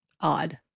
odd